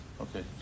Okay